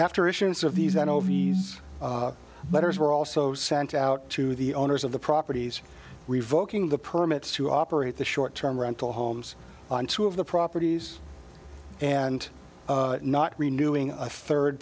after issuance of these an over letters were also sent out to the owners of the properties revoking the permits to operate the short term rental homes on two of the properties and not renewing a third